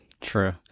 True